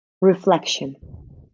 reflection